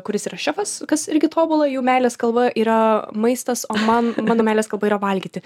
kuris yra šefas kas irgi tobula jų meilės kalba yra maistas o man meilės kalba yra valgyti